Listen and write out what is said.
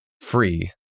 free